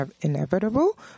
inevitable